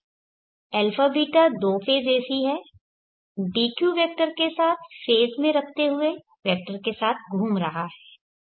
αβ दो phase AC है dq vector के साथ फेज़ में रखते हुए वेक्टर के साथ घूम रहा है